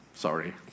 sorry